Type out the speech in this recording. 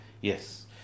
Yes